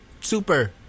Super